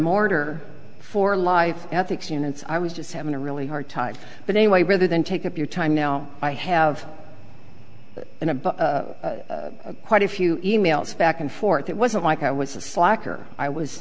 mortar for life ethics units i was just having a really hard time but anyway rather than take up your time now i have an a but quite a few emails back and forth it wasn't like i was a slacker i was